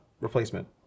replacement